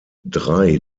drei